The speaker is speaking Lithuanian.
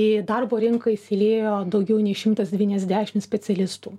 į darbo rinką įsiliejo daugiau nei šimtas devyniasdešim specialistų